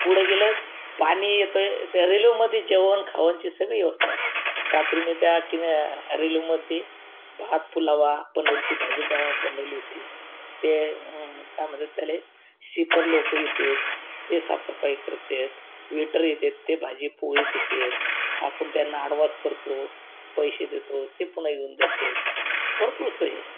पुढे गेलेत पाणी येतोय त्या रेल्वेमधेच जेवणखावनची सगळी व्यवस्था आहे रात्री मी त्या किन रेल्वेमध्ये भात पुलावा पनीरची भाजी पाव बनवली होती ते काय म्हणतात त्याला शीपर लोक येतात ते साफसफाई करतात वेटर येतात ते भाजीपोळी देतात आपण त्यांना आडवास करतो पैसे देतो ते पुन्हा घेऊन जातात भरपूर सोय आहे